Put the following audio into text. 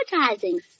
advertising